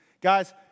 Guys